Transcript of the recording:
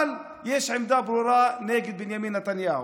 אבל יש להם עמדה ברורה נגד בנימין נתניהו.